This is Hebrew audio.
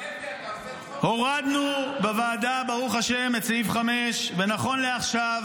הורדנו בוועדה את סעיף 5. ונכון לעכשיו,